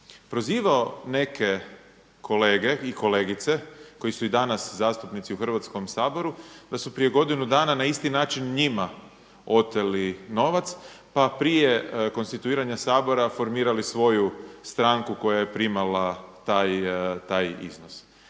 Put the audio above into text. prizivao neke kolegice i kolege koji su i danas zastupnici u Hrvatskom saboru, da su prije godinu dana na isti način njima oteli novac pa prije konstituiranja Sabora formirali svoju stranku koja je primala taj iznos.